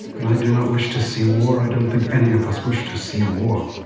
and i do not wish to see war, i don't think any of us wish to see war.